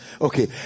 Okay